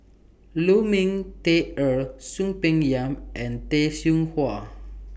Lu Ming Teh Earl Soon Peng Yam and Tay Seow Huah